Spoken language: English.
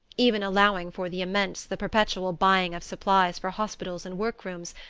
even allowing for the immense, the perpetual buying of supplies for hospitals and work-rooms,